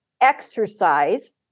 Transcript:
Exercise